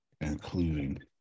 including